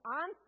on